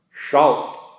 Shout